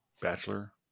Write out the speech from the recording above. bachelor